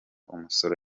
umusoro